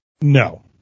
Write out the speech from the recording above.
No